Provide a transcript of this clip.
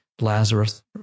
Lazarus